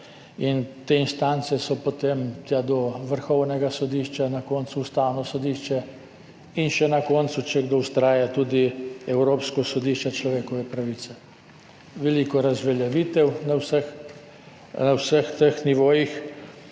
in te instance so potem tja do Vrhovnega sodišča, na koncu Ustavno sodišče in še na koncu, če kdo vztraja, tudi Evropsko sodišče za človekove pravice. Veliko je razveljavitev na vseh teh nivojih.